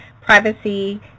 privacy